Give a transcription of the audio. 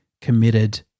committed